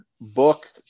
book